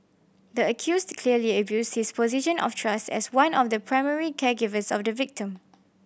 the accused clearly abused his position of trust as one of the primary caregivers of the victim